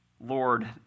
Lord